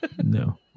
no